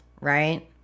right